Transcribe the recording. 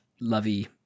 lovey